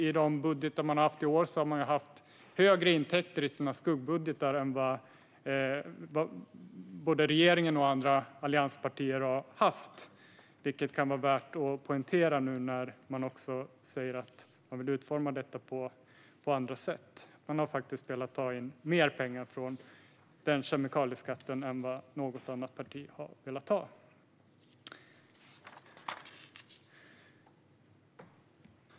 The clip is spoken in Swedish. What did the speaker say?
I de skuggbudgetar man har haft i år har man haft högre intäkter än både regeringen och andra allianspartier har haft i sina budgetar. Detta kan vara värt att poängtera nu när man säger att man vill utforma detta på andra sätt. Man har faktiskt velat ta in mer pengar genom kemikalieskatten än något annat parti har velat.